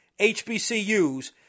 HBCUs